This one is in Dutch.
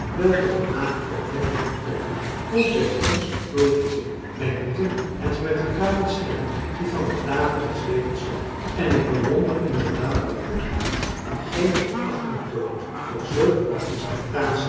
welke de maag opwekken en prikkelen komt bij ons nooit iets in wij moeten het met de kruimkens stellen die van de tafel des levens vallen en ik bewonder inderdaad uw goedheid die geen verachting toont voor zulk een